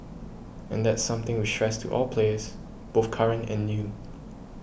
and that's something we stress to all players both current and new